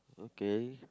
okay